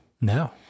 No